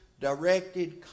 directed